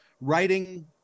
writing